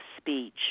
speech